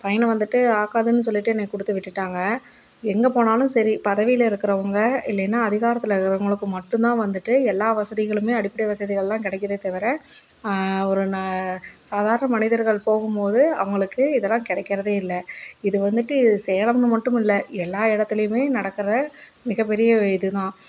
பையனை வந்துட்டு ஆகாதுனு சொல்லிட்டு எனக்கு கொடுத்து விட்டுட்டுங்க எங்கே போனாலும் சரி பதிவியில் இருக்கிறவங்க இல்லைன்னா அதிகாரத்தில் இருக்கிறவங்களுக்கு மட்டும்தான் வந்துட்டு எல்லா வசதிகளும் அடிப்படை வசதிகள்லாம் கிடைக்கிதே தவிர ஒரு ந சாதாரண மனிதர்கள் போகும் போது அவங்களுக்கு இதெல்லாம் கிடைக்கிறதே இல்லை இது வந்துட்டு சேலம்னு மட்டும் இல்லை எல்லா இடத்துலையுமே நடக்கிற மிகப்பெரிய இது தான்